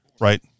right